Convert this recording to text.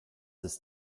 ist